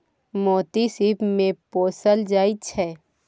मोती सिप मे पोसल जाइ छै